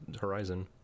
Horizon